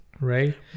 Right